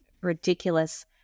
ridiculous